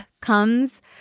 comes